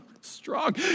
strong